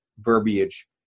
verbiage